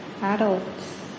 adults